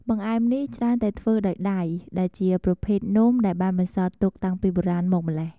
បង្អែមនេះច្រើនតែធ្វើដោយដៃ ដែលជាប្រភេទនំដែលបានបន្សល់ទុកតាំងពីបុរាណមកម៉្លេះ។